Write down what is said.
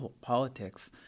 politics